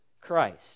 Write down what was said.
Christ